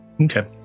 Okay